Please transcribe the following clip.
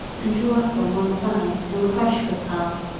and drew up on one side till the crush was past.